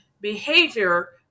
behavior